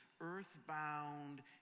earthbound